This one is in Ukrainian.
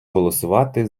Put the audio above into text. голосувати